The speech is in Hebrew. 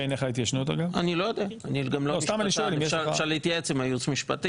אם זה אנונימי, איך הוא יכול לדעת שהוא לא קטין?